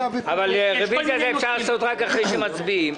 אבל רביזיה אפשר לעשות רק אחרי שמצביעים.